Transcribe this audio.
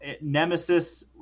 Nemesis